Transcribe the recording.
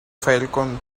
falcon